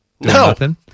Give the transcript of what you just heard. No